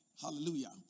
hallelujah